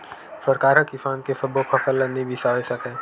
सरकार ह किसान के सब्बो फसल ल नइ बिसावय सकय